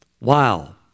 Wow